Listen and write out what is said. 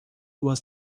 was